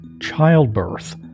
childbirth